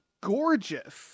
gorgeous